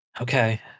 Okay